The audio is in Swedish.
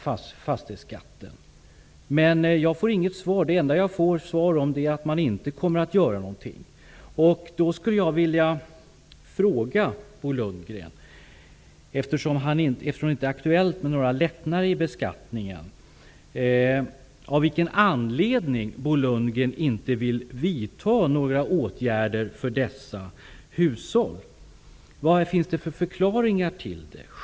Eftersom det inte tycks vara aktuellt att föreslå några lättnader i beskattningen vill jag fråga Bo Lundgren av vilken anledning han inte vill vidta några åtgärder för dessa hushåll. Vad finns det för förklaringar?